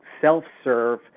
self-serve